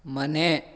ಮನೆ